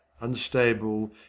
unstable